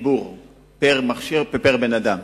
בדיבור פר-אדם,